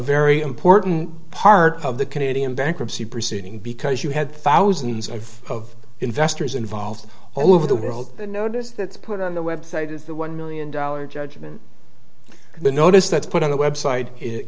very important part of the canadian bankruptcy proceeding because you had thousands of investors involved all over the world notice that's put on the website is the one million dollar judgment the notice that's put on the website it